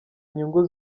inyungu